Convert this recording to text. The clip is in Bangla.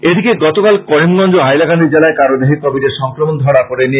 এদিকে গতকাল করিমগঞ্জ ও হাইলাকান্দি জেলায় কারো দেহে কোবিডের সংক্রমন ধড়া পরে নি